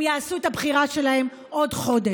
הם יעשו את הבחירה שלהם בעוד חודש.